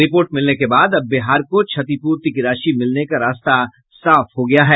report मिलने के बाद अब बिहार को क्षतिपूर्ति की राशि मिलने का रास्ता साफ हो गया है